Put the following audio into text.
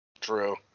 True